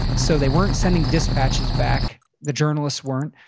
so they weren't sending dispatches back. the journalists weren't.